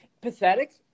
pathetic